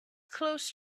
close